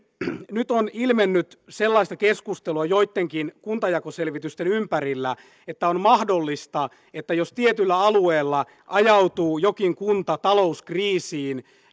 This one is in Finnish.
nyt on ilmennyt sellaista keskustelua joittenkin kuntajakoselvitysten ympärillä että on mahdollista että jos tietyllä alueella ajautuu jokin kunta talouskriisiin